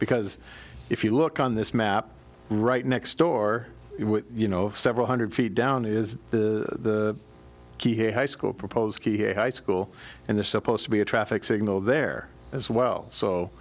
because if you look on this map right next door you know several hundred feet down is the key here high school proposed he high school and there's supposed to be a traffic signal there as well so